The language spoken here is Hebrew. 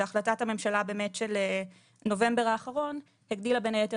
שהחלטת הממשלה של נובמבר האחרון הגדילה בין היתר